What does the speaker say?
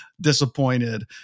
disappointed